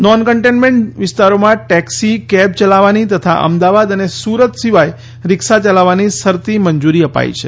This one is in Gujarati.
નોન કન્ટેનમેન્ટ વિસ્તારોમાં ટેકસી કેબ ચલાવવાની તથા અમદાવાદ અને સુરત સિવાય રીક્ષા ચલાવવાની શરતી મંજુરી અપાઇ છે